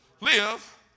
Live